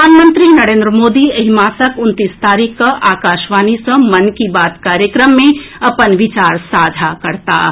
प्रधानमंत्री नरेन्द्र मोदी एहि मासक उनतीस तारीख कऽ आकाशवाणी सँ मन की बात कार्यक्रम मे अपन विचार साझा करताह